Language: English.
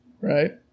right